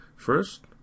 First